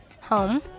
Home